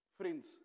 Friends